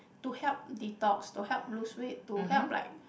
to help detox to help lose weight to help like